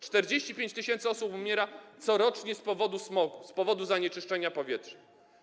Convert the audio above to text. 45 tys. osób umiera corocznie z powodu smogu, z powodu zanieczyszczenia powietrza.